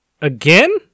Again